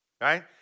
right